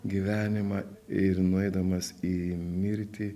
gyvenimą ir nueidamas į mirtį